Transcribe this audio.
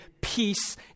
peace